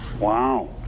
Wow